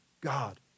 God